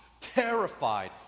terrified